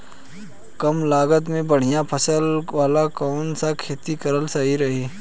कमलागत मे बढ़िया फसल वाला कौन सा खेती करल सही रही?